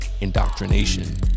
indoctrination